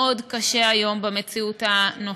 מאוד קשה היום במציאות הנוכחית.